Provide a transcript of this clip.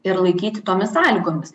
ir laikyti tomis sąlygomis